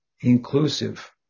inclusive